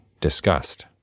discussed